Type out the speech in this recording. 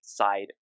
side